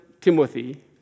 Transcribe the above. Timothy